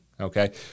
Okay